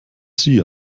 sie